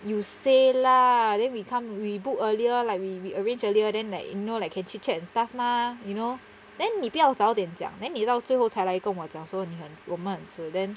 you say lah then become we book earlier like we we arrange earlier then like you know like can chit chat and stuff mah you know then 你不要早点讲 then 你到最后才来跟我讲说你很我们很迟 then